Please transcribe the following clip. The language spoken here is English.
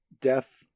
death